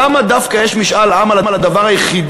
למה יש משאל עם דווקא על הדבר היחיד